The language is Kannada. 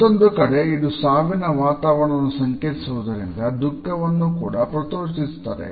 ಮತ್ತೊಂದು ಕಡೆ ಇದು ಸಾವಿನ ವಾತಾವರಣವನ್ನು ಸಂಕೇತಿಸುವುದರಿಂದ ದುಃಖವನ್ನು ಪ್ರಚೋದಿಸುತ್ತದೆ